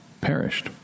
perished